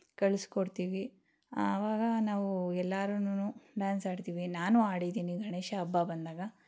ಕಳಿಸ್ಕೊಡ್ತೀವಿ ಆವಾಗ ನಾವು ಎಲ್ಲಾರುನು ಡ್ಯಾನ್ಸ್ ಆಡ್ತೀವಿ ನಾನೂ ಆಡಿದ್ದೀನಿ ಗಣೇಶ ಹಬ್ಬ ಬಂದಾಗ